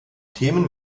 themen